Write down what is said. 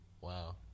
Wow